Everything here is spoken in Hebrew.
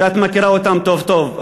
ואת מכירה אותן טוב-טוב.